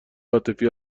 عاطفی